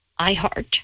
iHeart